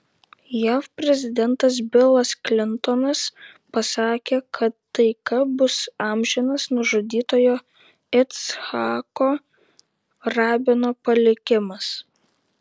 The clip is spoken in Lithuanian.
jav prezidentas bilas klintonas pasakė kad taika bus amžinas nužudytojo icchako rabino palikimas